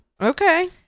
Okay